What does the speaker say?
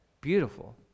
Beautiful